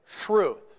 truth